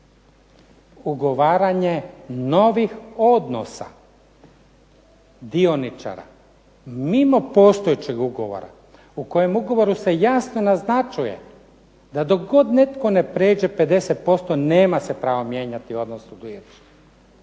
ugovaranje novih odnosa dioničara mimo postojećeg ugovora u kojem ugovoru se jasno naznačuje da dok god netko ne pređe 50% nema se pravo mijenjati odnos …/Govornik